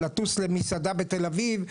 לטוס למסעדה בתל אביב,